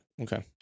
Okay